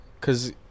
cause